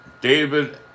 David